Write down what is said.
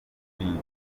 ibindi